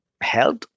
health